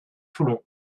toulon